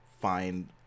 find